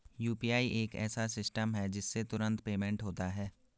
UPI एक ऐसा system है जिससे तुरंत पेमेंट होता है